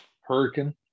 Hurricane